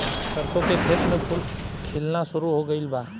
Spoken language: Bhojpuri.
सरसों के खेत में फूल खिलना शुरू हो गइल बा